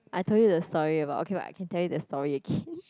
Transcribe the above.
I told you the story about okay what can tell you the story again